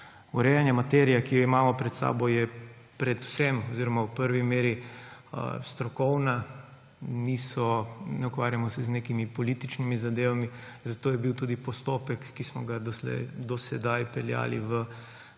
urejanja. Materija, ki jo imamo pred seboj, je predvsem oziroma v prvi meri strokovna, ne ukvarjamo se z nekimi političnimi zadevami, zato je bil tudi postopek, ki smo ga do sedaj peljali v